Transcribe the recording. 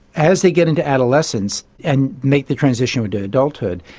as they get into adolescence and make the transition into adulthood,